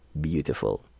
Beautiful